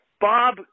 Bob